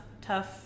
tough